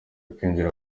kwinjira